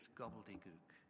gobbledygook